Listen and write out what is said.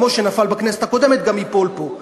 כמו שהוא נפל בכנסת הקודמת הוא ייפול גם פה,